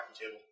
table